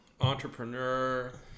entrepreneur